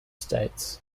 states